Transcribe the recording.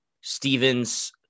Stevens